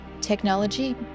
Technology